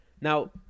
Now